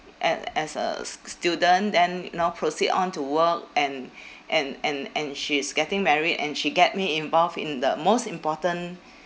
and as a s~ student then you know proceed on to work and and and and she is getting married and she get me involved in the most important